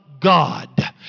God